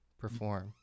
perform